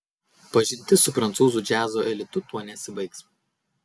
pažintis su prancūzų džiazo elitu tuo nesibaigs